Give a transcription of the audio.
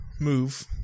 move